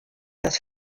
das